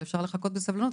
אבל אפשר לחכות בסבלנות,